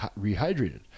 rehydrated